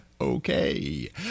Okay